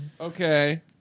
Okay